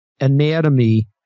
anatomy